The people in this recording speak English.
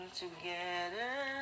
together